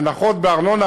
הנחות בארנונה,